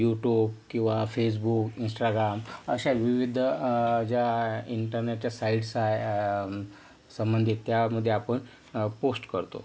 YouTube किंवा Facebook Instagram अशा विविध ज्या इंटरनेटच्या साईट्स आहे संबंधित त्यामध्ये आपण पोस्ट करतो